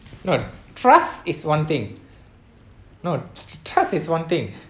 no trust is one thing no trust is one thing